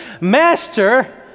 Master